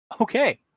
Okay